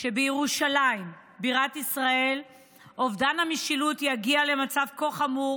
שבירושלים בירת ישראל אובדן המשילות יגיע למצב כה חמור